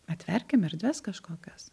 atverkim erdves kažkokias